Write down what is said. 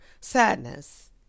sadness